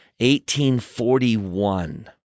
1841